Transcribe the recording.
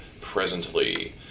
presently